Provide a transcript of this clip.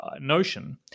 notion